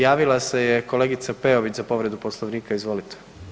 Javila se je kolegica Peović za povredu Poslovnika, izvolite.